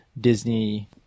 Disney